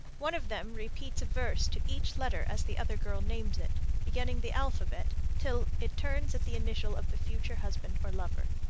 one of them repeats a verse to each letter as the other girl names it, beginning the alphabet, till it turns at the initial of the future husband or lover.